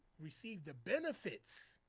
receive the benefits